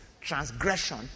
transgression